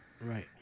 right